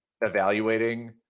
evaluating